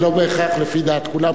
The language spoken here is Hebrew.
זה לא בהכרח לפי דעת כולם.